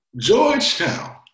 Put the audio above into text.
Georgetown